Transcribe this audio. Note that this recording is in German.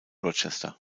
rochester